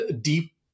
deep